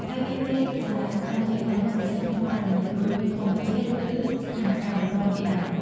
ហើយវាមានសារៈសំខាន់ជាខ្លាំង ជាពិសេសក្នុងករណីគ្រោះធម្មជាតិ ឬស្ថានការណ៍បន្ទាន់ជាដើម។